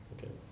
Okay